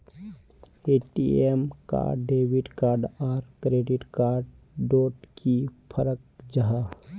ATM card debit card आर credit card डोट की फरक जाहा?